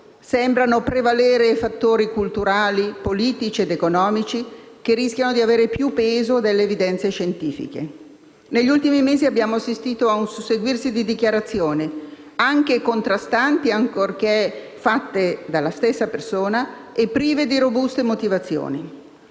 sembrano prevalere fattori culturali, politici ed economici che rischiano di avere più peso delle evidenze scientifiche. Negli ultimi mesi abbiamo assistito a un susseguirsi di dichiarazioni anche contrastanti, ancorché fatte dalla stessa persona, e prive di robuste motivazioni,